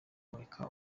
areka